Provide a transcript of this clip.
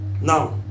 now